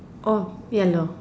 oh ya lor